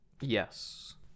Yes